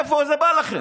מאיפה זה בא לכם?